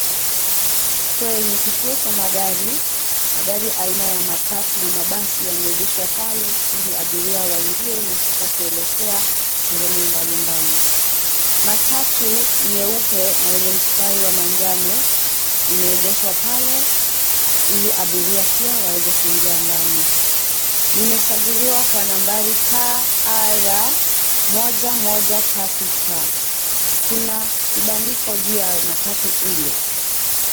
Kwenye kituo cha magari, magari aina ya matatu na mabasi yameegeshwa pale ili abiria waingie na kisha kuelekea sehemu mbalimbali. Matatu nyeupe na yenye mstari wa manjano imeegeshwa pale ili abiria pia waweze kuingia ndani. Limesajiriwa kwa nambari KAR 113F, kuna kibandiko juu ya matatu ile.